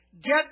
get